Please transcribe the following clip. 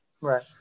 Right